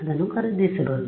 ಅದನ್ನು ಖರೀದಿಸಬಹುದು